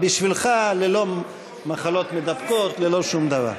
בשבילך ללא מחלות מידבקות, ללא שום דבר.